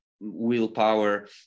willpower